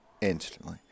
Instantly